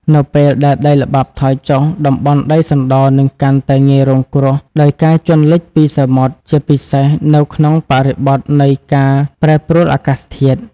នៅពេលដែលដីល្បាប់ថយចុះ តំបន់ដីសណ្ដរនឹងកាន់តែងាយរងគ្រោះដោយការជន់លិចពីសមុទ្រ ជាពិសេសនៅក្នុងបរិបទនៃការប្រែប្រួលអាកាសធាតុ។